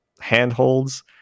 handholds